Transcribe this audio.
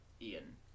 Ian